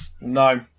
No